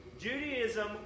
Judaism